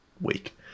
week